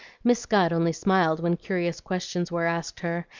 miss scott only smiled when curious questions were asked her,